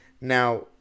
Now